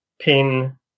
pin